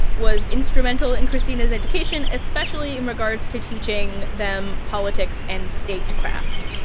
was instrumental in kristina's education, especially in regards to teaching them politics and statecraft.